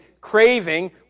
craving